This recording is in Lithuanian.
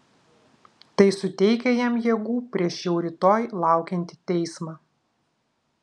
tai suteikia jam jėgų prieš jau rytoj laukiantį teismą